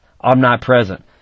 omnipresent